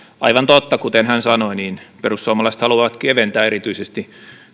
aivan totta kuten hän sanoi perussuomalaiset haluavat keventää erityisesti